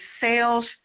sales